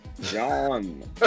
John